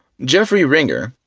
jeffrey ringer,